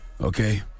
Okay